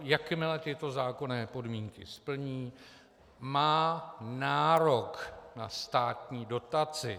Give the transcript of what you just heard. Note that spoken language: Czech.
Jakmile tyto zákonné podmínky splní, má nárok na státní dotaci.